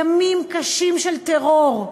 ימים קשים של טרור.